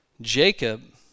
Jacob